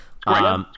great